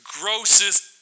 grossest